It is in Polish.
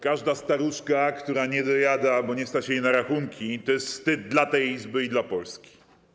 Każda staruszka, która nie dojada albo której nie stać na rachunki, to jest wstyd dla tej Izby i dla Polski.